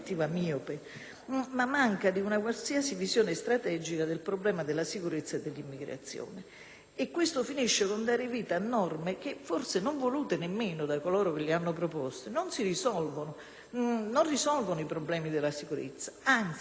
E questo finisce con dare vita a norme che, forse non volute nemmeno da coloro che le hanno proposte, non risolvono ma anzi aggravano i problemi della sicurezza e della immigrazione irregolare, spingendo tra l'altro gli immigrati clandestini